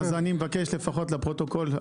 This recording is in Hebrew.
אז אני מבקש לפחות לפרוטוקול,